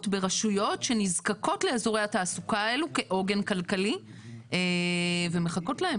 ברשויות שנזקקות לאזורי התעשייה האלה כעוגן כלכלי ומחכות להם.